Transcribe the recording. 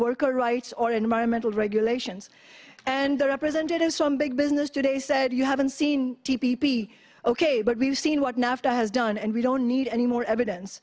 worker rights or environmental regulations and their representatives from big business today said you haven't seen d p p ok but we've seen what nafta has done and we don't need any more evidence